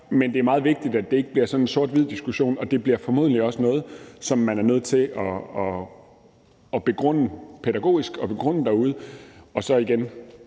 men det er meget vigtigt, at det ikke bliver sådan en sort-hvid diskussion, og det bliver formodentlig også noget, som man er nødt til at begrunde pædagogisk derude. Og igen